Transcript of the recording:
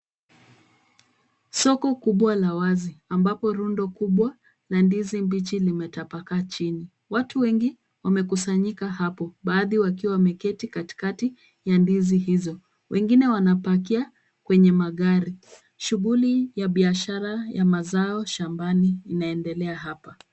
Soko kubwa la wazi ambapo rundo kubwa la ndizi mbichi limetapakaa chini. Watu wengi wamekusanyika hapo, baadhi wakiwa wameketi katikati ya ndizi hizo. Wengine wanapakia kwenye magari. Shughuli ya biashara ya mazao shambani inaendelea hapa.